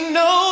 no